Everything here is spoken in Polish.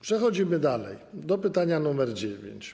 Przechodzimy dalej, do pytania nr 9.